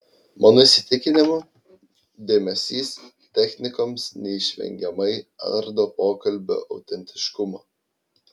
mano įsitikinimu dėmesys technikoms neišvengiamai ardo pokalbio autentiškumą